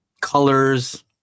Colors